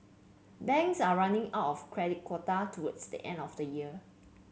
banks are running out of credit quota towards the end of the year